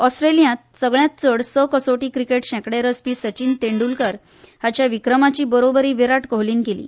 ऑस्ट्रेलियांत सगल्यांत चड स कसोटी क्रिकेट शेंकडे रचपी सचीन तेंड्रलकर हाच्या विक्रमाची बरोबरी विराट कोहलीन केली